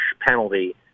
penalty